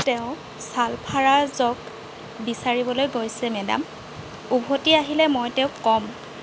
তেওঁ ছালফাৰাজক বিচাৰিবলৈ গৈছে মেডাম উভতি আহিলে মই তেওঁক ক'ম